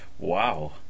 Wow